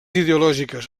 ideològiques